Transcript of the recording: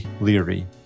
Leary